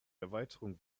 erweiterung